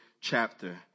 chapter